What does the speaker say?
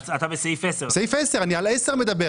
אני מדבר על (10).